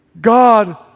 God